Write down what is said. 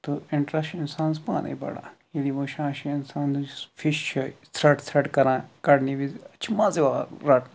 تہٕ انٹرسٹ چھُ اِنسانس پانے بڑان ییٚلہِ یہ وٕچھان چھُ انسان یُس فِش چھُ ژھرٹ ژھرٹ کران کڑٕنہٕ وِز چھُ مزٕ یِوان رٹنس